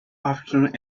afternoon